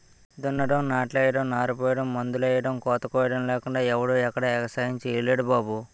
దున్నడం, నాట్లెయ్యడం, నారుపొయ్యడం, మందులెయ్యడం, కోతకొయ్యడం లేకుండా ఎవడూ ఎక్కడా ఎగసాయం సెయ్యలేరు బాబూ